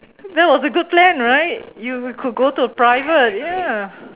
that was good plan right you could go to a private ya